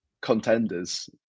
contenders